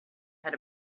had